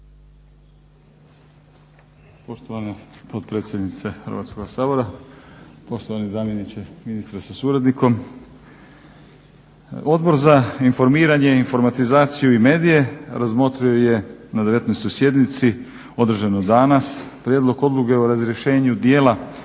Poštovane potpredsjednice Hrvatskoga sabora, poštovani zamjeniče ministra sa suradnikom. Odbor za informiranje, informatizaciju i medije razmotrio je na 19.sjednici održanoj danas prijedlog odluke o razrješenju djela